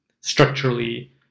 structurally